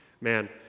Man